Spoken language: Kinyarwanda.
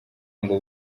ngo